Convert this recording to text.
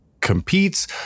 competes